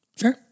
Sure